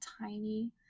tiny